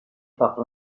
par